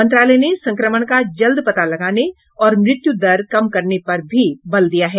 मंत्रालय ने संक्रमण का जल्द पता लगाने और मृत्यु दर कम करने पर भी बल दिया है